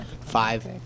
five